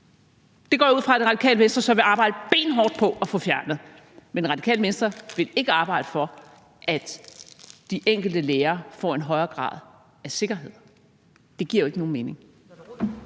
jeg så ud fra at Radikale Venstre vil arbejde benhårdt på at få fjernet. Men Radikale Venstre vil ikke arbejde for, at de enkelte lærere får en højere grad af sikkerhed. Det giver jo ikke nogen mening.